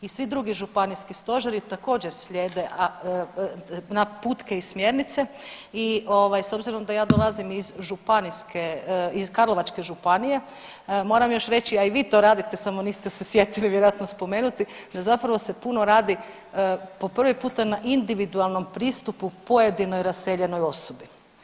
I svi drugi županijski stožeri također slijede naputke i smjernice i ovaj s obzirom da ja dolazim iz županijske, iz Karlovačke županije moram još reći, a i vi to radite samo niste se sjetili vjerojatno spomenuti da zapravo se puno radi po prvi puta na individualnom pristupu pojedinoj raseljenoj osobi.